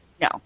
no